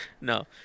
No